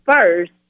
first